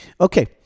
Okay